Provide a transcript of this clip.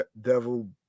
Devil